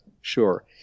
sure